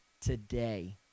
today